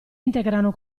integrano